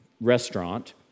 restaurant